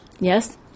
Yes